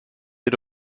had